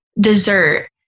dessert